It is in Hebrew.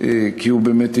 כי הוא באמת,